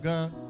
God